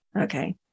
Okay